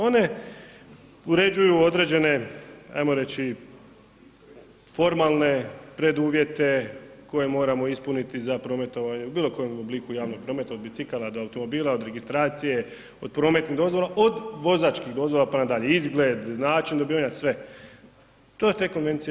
One uređuju određene ajmo reći formalne preduvjete koje moramo ispuniti za prometovanje u bilo kojem obliku javnog prometa od bicikala do automobila, od registracije, od prometnih dozvola, od vozačkih dozvola pa nadalje, izgled, način dobivanja, sve to te konvencije